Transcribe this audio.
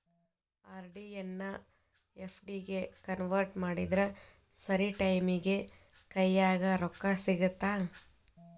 RD ಎನ್ನಾ FD ಗೆ convert ಮಾಡಿದ್ರ ಸರಿ ಟೈಮಿಗಿ ಕೈಯ್ಯಾಗ ರೊಕ್ಕಾ ಸಿಗತ್ತಾ